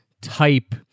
type